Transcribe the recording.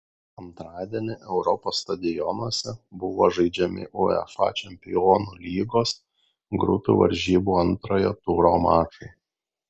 antradienį europos stadionuose buvo žaidžiami uefa čempionų lygos grupių varžybų antrojo turo mačai